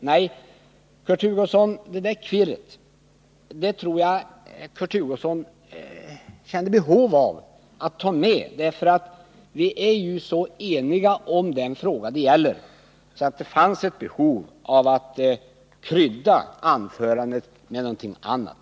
Nej, Kurt Hugosson, det där kvirret tror jag att Kurt Hugosson kände behov av att ha med därför att vi är så eniga i den fråga det gäller; det fanns ett behov av att krydda anförandet med något annat.